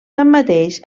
tanmateix